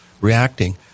reacting